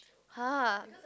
[huh]